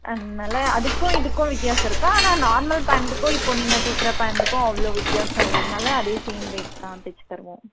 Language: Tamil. நல்லா அதுக்கும் இதுக்கும் வித்தியாசம் இருக்கும் ஆனால் நார்மல் பேண்ட்டுக்கும் இப்போ நீங்கள் கேட்குற பேண்ட்டுக்கும் அவ்வளோ வித்தியாசம் இல்லை அதனால் அதே சேம் ரேட் தான் தச்சு தருவோம்